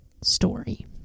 story